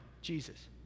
Jesus